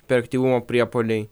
per aktyvumo priepuoliai